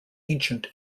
ancient